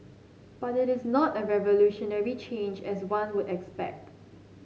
but it is not a revolutionary change as one would expect